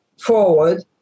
forward